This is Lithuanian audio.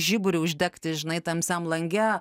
žiburį uždegti žinai tamsiam lange